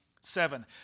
Seven